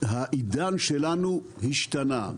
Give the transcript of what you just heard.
שהעידן שלנו השתנה.